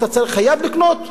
אתה חייב לקנות,